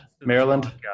Maryland